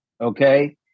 Okay